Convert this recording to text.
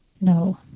No